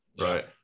right